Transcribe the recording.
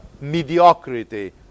mediocrity